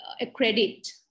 accredit